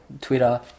Twitter